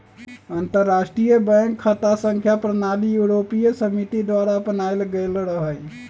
अंतरराष्ट्रीय बैंक खता संख्या प्रणाली यूरोपीय समिति द्वारा अपनायल गेल रहै